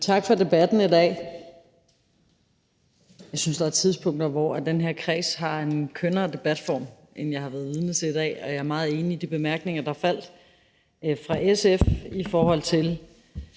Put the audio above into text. Tak for debatten i dag. Jeg synes, der er tidspunkter, hvor den her kreds har en kønnere debatform end den, jeg har været vidne til i dag, og jeg er meget enig i de bemærkninger, der faldt fra SF, i forhold til